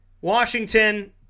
Washington